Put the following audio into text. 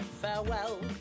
farewell